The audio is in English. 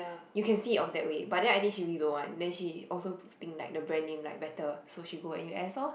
you can see it of that way but then I think she really don't want then she also think like the brand name like better so she go n_u_s lor